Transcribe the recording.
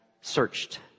searched